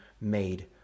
made